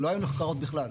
לא היו נחקרות בכלל.